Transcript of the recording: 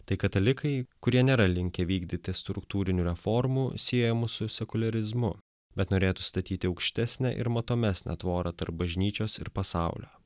tai katalikai kurie nėra linkę vykdyti struktūrinių reformų siejamų su sekuliarizmu bet norėtų statyti aukštesnę ir matomesnę tvorą tarp bažnyčios ir pasaulio